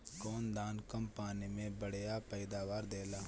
कौन धान कम पानी में बढ़या पैदावार देला?